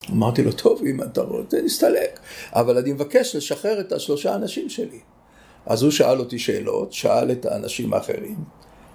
אמרתי לו טוב, אם אתה רוצה נסתלק, אבל אני מבקש לשחרר את השלושה אנשים שלי אז הוא שאל אותי שאלות, שאל את האנשים האחרים...